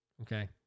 Okay